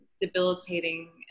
debilitating